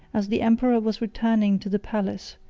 as the emperor was returning to the palace,